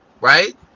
right